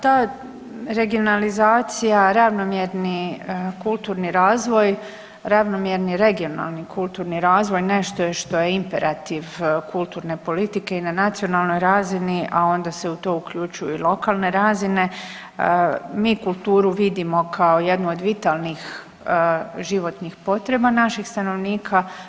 Da, ta regionalizacija ravnomjerni kulturni razvoj, ravnomjerni regionalni kulturni razvoj nešto je što je imperativ kulturne politike i na nacionalnoj razini, a onda se u to uključuju i lokalne razine, mi kulturu vidimo kao jednu od vitalnih životnih potreba naših stanovnika.